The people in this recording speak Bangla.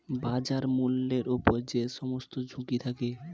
বাজার মূল্যের উপর যে সমস্ত ঝুঁকি থাকে